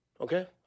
Okay